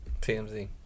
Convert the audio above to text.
TMZ